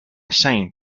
sign